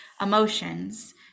emotions